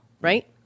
right